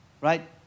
right